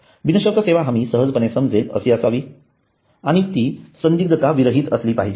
बिनशर्त सेवा हमी सहजपणे समजेल अशी असावी आणि ती संदिग्धता विरहित असली पाहिजे